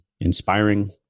inspiring